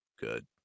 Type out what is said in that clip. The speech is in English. good